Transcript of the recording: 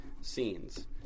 scenes